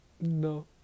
No